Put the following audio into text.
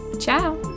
ciao